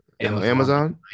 Amazon